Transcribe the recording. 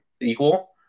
equal